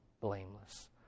blameless